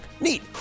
neat